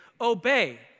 obey